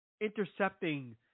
intercepting